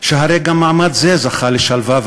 שהרי גם מעמד זה זכה לשלווה,